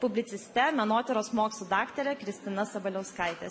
publiciste menotyros mokslų daktare kristina sabaliauskaite